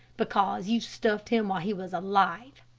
because you stuffed him while he was alive,